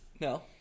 No